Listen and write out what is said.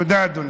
תודה, אדוני.